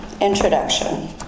Introduction